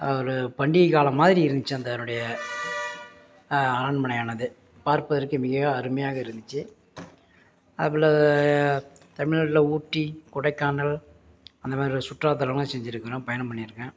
ஒரு பண்டிகை காலம் மாதிரி இருந்துச்சு அந்த அதனுடைய அரண்மனையானது பார்ப்பதற்கு மிக அருமையாக இருந்துச்சு அதுபோல் தமிழ்நாட்டுல ஊட்டி கொடைக்கானல் அந்தமாதிரி சுற்றுலாத்தலம்லாம் செஞ்சு இருக்கிறோம் பயணம் பண்ணி இருக்கேன்